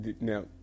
now